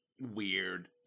weird